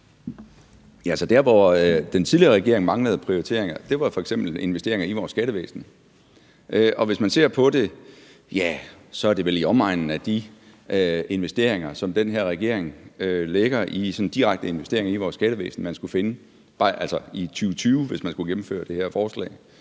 dér, hvor den tidligere regering manglede prioriteringer, var f.eks. investeringer i vores skattevæsen, og hvis man skulle gennemføre det her forslag, var det vel i omegnen af det, som den her regering lægger i sådan direkte investeringer i vores skattevæsen, som man skulle finde, bare i 2020. Det er bare for at